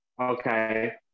Okay